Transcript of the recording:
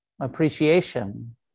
appreciation